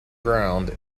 ground